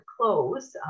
close